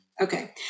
Okay